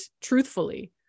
truthfully